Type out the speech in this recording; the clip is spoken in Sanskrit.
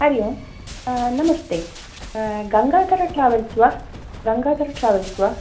हरि ओम् नमस्ते गङ्गाधरट्रेवल्स् वा गङ्गाधरट्रेवल्स् वा